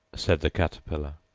said the caterpillar.